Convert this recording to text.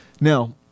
Now